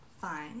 fine